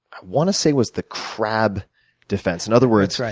i want to say was the crab defense. in other words,